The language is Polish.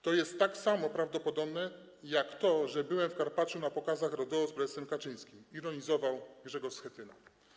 To jest tak samo prawdopodobne jak to, że byłem w Karpaczu na pokazach rodeo z prezesem Kaczyńskim - ironizował Grzegorz Schetyna.